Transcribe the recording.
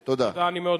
תודה.